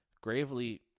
Gravely